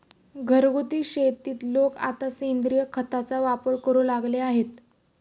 घरगुती शेतीत लोक आता सेंद्रिय खताचा वापर करू लागले आहेत